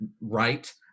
right